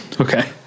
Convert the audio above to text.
Okay